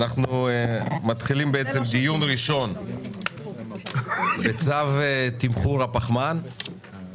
אנחנו מתחילים דיון ראשון בצו תמחור הפחמן.